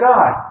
God